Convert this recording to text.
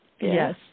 Yes